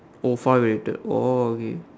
oh father related oh okay